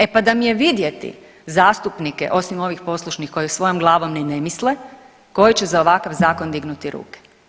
E pa da mi je vidjeti zastupnike osim ovih poslušnih koji svojom glavom ni ne misle, koji će za ovakav zakon dignuti ruke.